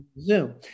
Zoom